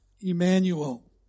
Emmanuel